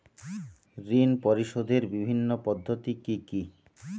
ঋণ পরিশোধের বিভিন্ন পদ্ধতি কি কি?